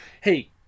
hey